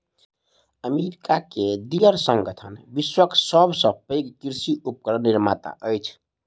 America के Deere संगठन विश्वक सभ सॅ पैघ कृषि उपकरण निर्माता अछि